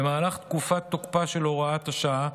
במהלך תקופת תוקפה של הוראת השעה,